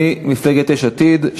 ממפלגת יש עתיד.